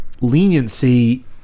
leniency